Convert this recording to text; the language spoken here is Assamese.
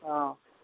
অঁ